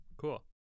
Cool